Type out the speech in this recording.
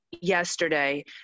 yesterday